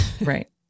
Right